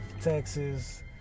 Texas